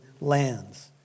lands